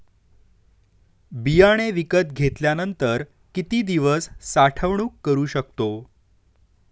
बियाणे विकत घेतल्यानंतर किती दिवस साठवणूक करू शकतो?